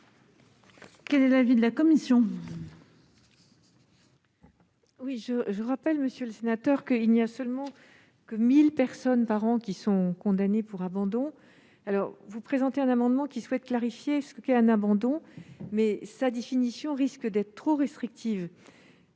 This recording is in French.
Quel est l'avis de la commission ?